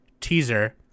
teaser